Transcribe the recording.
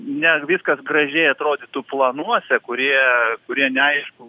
ne viskas gražiai atrodytų planuose kurie kurie neaišku